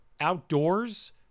outdoors